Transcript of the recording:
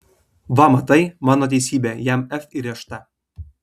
va matai mano teisybė jam f įrėžta